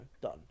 Done